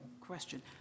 question